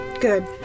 Good